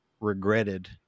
regretted